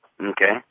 Okay